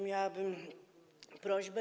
Miałabym prośbę.